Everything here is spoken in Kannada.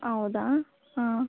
ಹೌದಾ ಹಾಂ